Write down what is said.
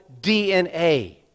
DNA